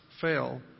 fail